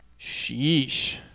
sheesh